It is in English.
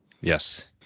Yes